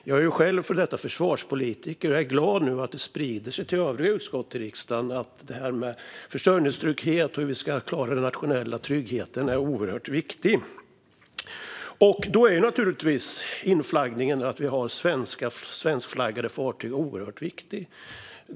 Jag är själv före detta försvarspolitiker, och jag är glad att det nu sprider sig till övriga utskott i riksdagen att frågan om försörjningstrygghet och hur vi ska klara den nationella tryggheten är oerhört viktig. Där är naturligtvis inflaggningen - att vi har svenskflaggade fartyg - oerhört viktig.